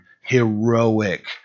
heroic